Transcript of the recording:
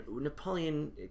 Napoleon